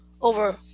over